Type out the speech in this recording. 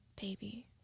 baby